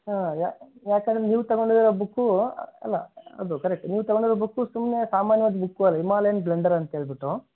ಹಾಂ ಯಾಕೆಂದ್ರೆ ನೀವು ತಗೊಂಡಿರೋ ಬುಕ್ಕು ಅಲ್ಲ ಅದು ಕರೆಕ್ಟೆ ನೀವು ತಗೊಂಡಿರೋ ಬುಕ್ಕು ಸುಮ್ಮನೆ ಸಾಮಾನ್ಯವಾದ ಬುಕ್ಕು ಅಲ್ಲ ಹಿಮಾಲಯನ್ ಬ್ಲೆಂಡರ್ ಅಂತ ಹೇಳಿಬಿಟ್ಟು